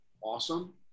awesome